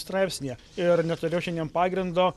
straipsnyje ir neturėjau šiandien pagrindo